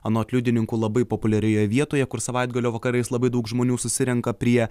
anot liudininkų labai populiarioje vietoje kur savaitgalio vakarais labai daug žmonių susirenka prie